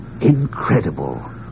Incredible